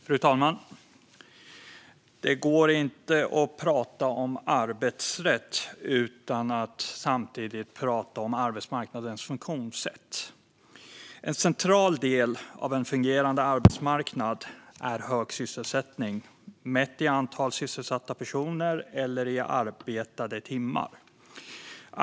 Fru talman! Det går inte att prata om arbetsrätt utan att samtidigt prata om arbetsmarknadens funktionssätt. En central del av en fungerande arbetsmarknad är hög sysselsättning, mätt i antal sysselsatta personer eller i arbetade timmar.